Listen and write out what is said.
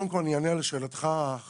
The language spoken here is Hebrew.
קודם כול אני אענה על שאלתך החשובה,